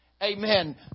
Amen